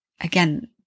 again